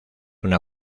una